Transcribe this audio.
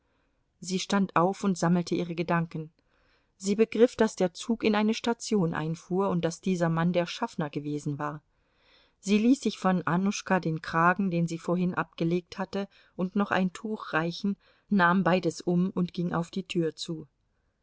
sie stand auf und sammelte ihre gedanken sie begriff daß der zug in eine station einfuhr und daß dieser mann der schaffner gewesen war sie ließ sich von annuschka den kragen den sie vorhin abgelegt hatte und noch ein tuch reichen nahm beides um und ging auf die tür zu